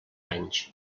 anys